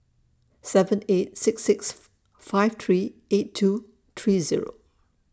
seven eight six six five three eight two three Zero